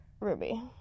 Ruby